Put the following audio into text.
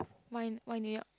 why why New-York